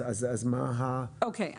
אז אוקי.